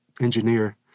engineer